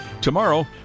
Tomorrow